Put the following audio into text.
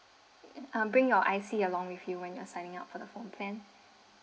uh bring your I_C along with you when you're signing up for the phone plan